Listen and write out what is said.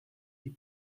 die